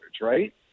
right